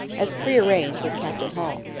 as prearranged with captain hall.